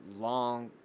long